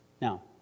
now